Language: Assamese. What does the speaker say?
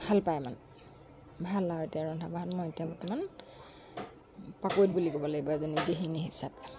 ভাল পায় মানে ভাল আৰু এতিয়া ৰন্ধা বঢ়াত মই এতিয়া বৰ্তমান পাকৈত বুলি ক'ব লাগিব এজনী গৃহিনী হিচাপে